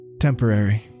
temporary